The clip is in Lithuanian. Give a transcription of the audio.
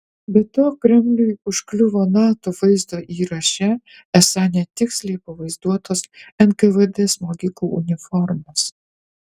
be to kremliui užkliuvo nato vaizdo įraše esą netiksliai pavaizduotos nkvd smogikų uniformos